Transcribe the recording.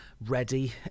ready